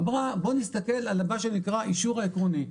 אמרה בוא נסתכל על מה שנקרא האישור העקרוני,